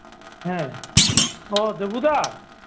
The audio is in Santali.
ᱦᱮᱸ ᱚ ᱫᱚᱵᱩ ᱫᱟ